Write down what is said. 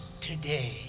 today